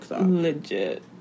Legit